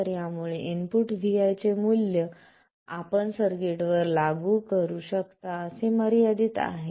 तर यामुळे input vi चे मूल्य आपण सर्किटवर लागू करू शकता असे मर्यादित आहे